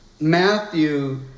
Matthew